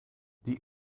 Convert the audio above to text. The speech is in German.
die